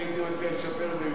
אני הייתי מציע לשפר את זה.